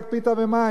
רק פיתה ומים.